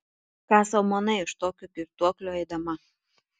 ką sau manai už tokio girtuoklio eidama